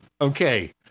Okay